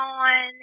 on